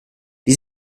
die